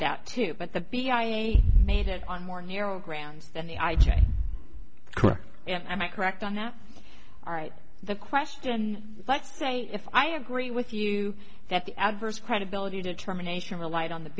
that too but the b i made it on more narrow grounds and i might correct on that all right the question let's say if i agree with you that the adverse credibility determination relied on the